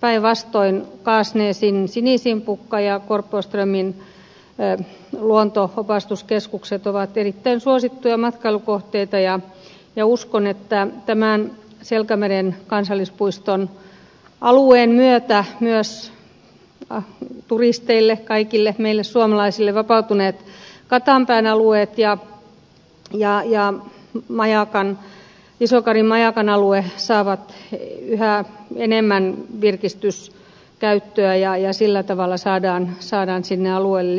päinvastoin kasnäsin sinisimpukan luontokeskus ja korpoströmin luonto ja opastuskeskus ovat erittäin suosittuja matkailukohteita ja uskon että tämän selkämeren kansallispuiston alueen myötä myös turisteille kaikille meille suomalaisille vapautuneet katanpään alueet ja isokarin majakan alue saavat yhä enemmän virkistyskäyttöä ja sillä tavalla saadaan sinne alueelle